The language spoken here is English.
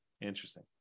Interesting